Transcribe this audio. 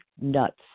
nuts